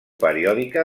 periòdica